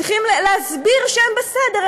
צריכים להסביר שהם בסדר,